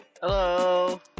Hello